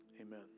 amen